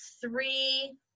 three